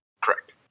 correct